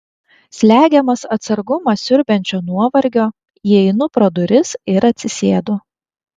slegiamas atsargumą siurbiančio nuovargio įeinu pro duris ir atsisėdu